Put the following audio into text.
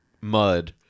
mud